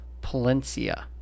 Palencia